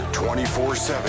24-7